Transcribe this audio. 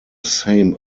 same